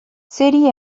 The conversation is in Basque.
zeri